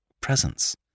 presence